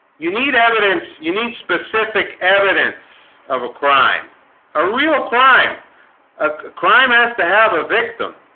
you need evidence you need specific evidence of a crime a real crime a a crime has to have a victim